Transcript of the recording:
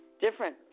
different